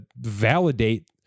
validate